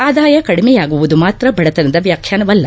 ಆದಾಯ ಕಡಿಮೆಯಾಗುವುದು ಮಾತ್ರ ಬಡತನದ ವ್ಯಾಖ್ಯಾನವಲ್ಲ